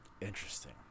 Interesting